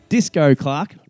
Disco-Clark